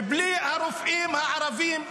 בלי הרופאים הערבים,